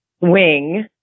wing